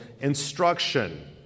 instruction